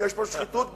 יש פה שחיתות גמורה.